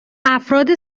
افراد